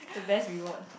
the best reward